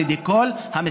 על ידי כל המשרדים,